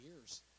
years